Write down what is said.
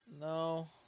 No